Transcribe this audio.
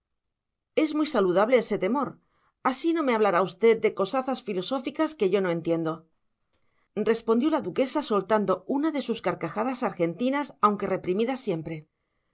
es muy saludable ese temor así no me hablará usted de cosazas filosóficas que yo no entiendo respondió la duquesa soltando una de sus carcajadas argentinas aunque reprimidas siempre